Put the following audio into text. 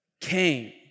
came